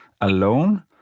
alone